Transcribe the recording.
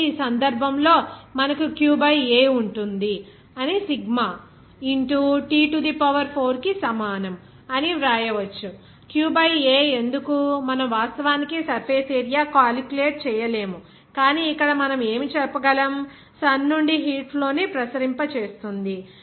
కాబట్టి ఈ సందర్భంలో మనకు q బై A ఉంటుంది అని sigma into T to the power 4 కి సమానం అని వ్రాయవచ్చు q బై A ఎందుకు మనం వాస్తవానికి సర్ఫేస్ ఏరియా క్యాలిక్యులేట్ చేయలేము కాని ఇక్కడ మనం ఏమి చెప్పగలం సన్ నుండి హీట్ ఫ్లో ని ప్రసరింప చేస్తుంది